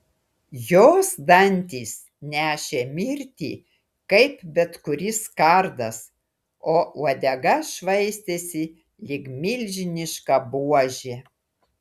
jos dantys nešė mirtį kaip bet kuris kardas o uodega švaistėsi lyg milžiniška buožė